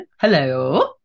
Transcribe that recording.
Hello